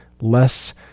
less